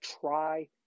try